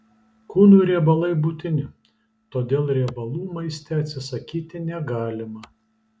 kūnui riebalai būtini todėl riebalų maiste atsisakyti negalima